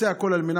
תודה.